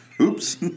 Oops